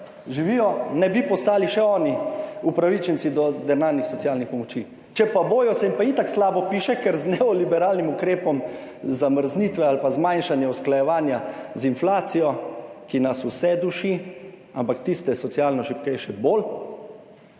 živijo, ne bi postali še oni upravičenci do denarnih socialnih pomoči. Če pa bojo, se jim pa itak slabo piše, ker jih z neoliberalnim ukrepom zamrznitve ali pa zmanjšanja usklajevanja z inflacijo, ki nas vse duši, ampak tiste socialno šibkejše bolj,